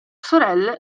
sorelle